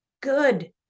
good